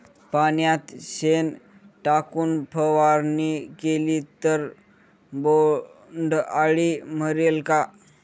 पाण्यात शेण टाकून फवारणी केली तर बोंडअळी मरेल का?